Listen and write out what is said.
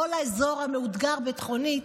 כל האזור המאותגר ביטחונית,